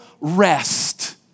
rest